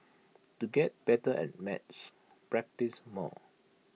to get better at maths practise more